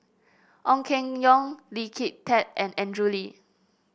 Ong Keng Yong Lee Kin Tat and Andrew Lee